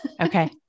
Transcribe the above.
Okay